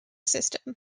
system